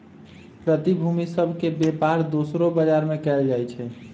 प्रतिभूति सभ के बेपार दोसरो बजार में कएल जाइ छइ